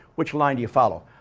which line do you follow?